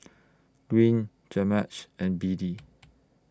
Green and Beadie